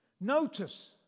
Notice